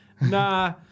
Nah